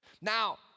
Now